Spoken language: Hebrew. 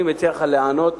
אני מציע לך להיענות